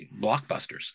blockbusters